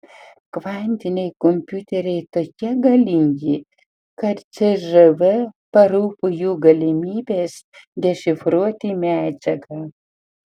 kvantiniai kompiuteriai tokie galingi kad cžv parūpo jų galimybės dešifruoti medžiagą